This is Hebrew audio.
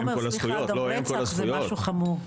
גם רצח זה משהו חמור.